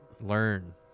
Learn